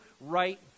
right